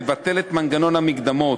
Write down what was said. לבטל את מנגנון המקדמות,